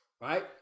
right